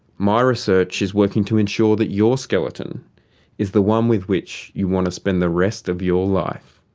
my research is working to ensure that your skeleton is the one with which you want to spend the rest of your life.